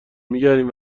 میگردیم